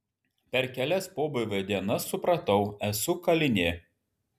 per kelias pobūvio dienas supratau esu kalinė